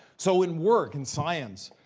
so in work in science,